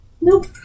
Nope